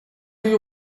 you